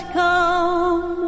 come